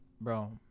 bro